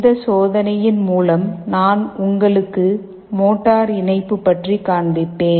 இந்த சோதனையின் மூலம் நான் உங்களுக்குக் மோட்டார் இணைப்பு பற்றி காண்பிப்பேன்